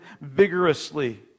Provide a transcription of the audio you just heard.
vigorously